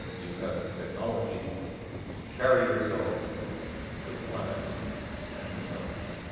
you have the technology to carry yourselves to the planets and the stars.